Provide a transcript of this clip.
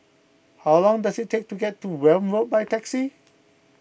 how long does it take to get to Welm Road by taxi